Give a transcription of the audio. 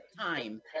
time